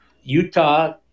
Utah